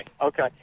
okay